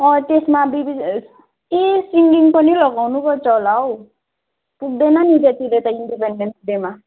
अँ त्यसमा बिबिचमा ए सिङ्गिङ पनि लगाउनुपर्छ होला हौ पुग्दैन नि त त्यतिले त इन्डिपेन्डेन्स डेमा